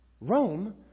Rome